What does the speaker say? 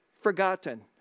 forgotten